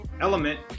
Element